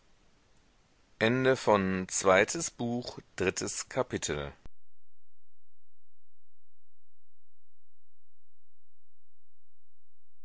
zweites buch erstes kapitel